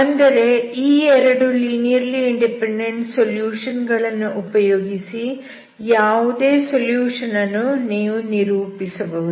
ಅಂದರೆ ಈ 2 linearly independent solution ಗಳನ್ನು ಉಪಯೋಗಿಸಿ ಯಾವುದೇ ಸೊಲ್ಯೂಷನ್ ಅನ್ನು ನೀವು ನಿರೂಪಿಸಬಹುದು